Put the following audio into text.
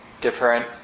Different